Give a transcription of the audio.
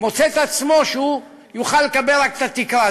מוצא את עצמו שהוא יוכל לקבל רק את התקרה.